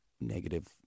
negative